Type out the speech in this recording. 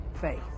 faith